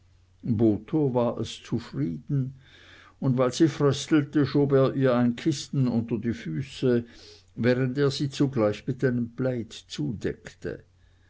war es zufrieden und weil sie fröstelte schob er ihr ein kissen unter die füße während er sie zugleich mit einem plaid zudeckte